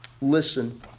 listen